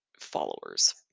followers